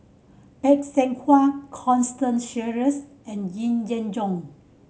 Phay Seng Whatt Constance Sheares and Yee Jenn Jong